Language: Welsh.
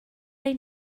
ein